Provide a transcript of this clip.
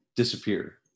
disappear